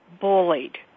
bullied